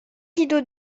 rideaux